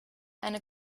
eine